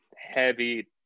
heavy